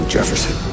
Jefferson